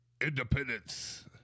Independence